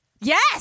Yes